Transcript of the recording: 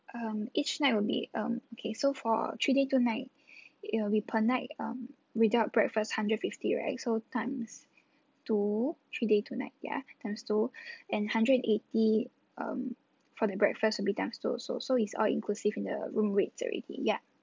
um each night will be um okay so for three day two night it will be per night um without breakfast hundred fifty right so times two three day two night ya times two and hundred eighty um for the breakfast would be times two also so it's all inclusive in the room rates already yup